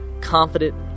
confident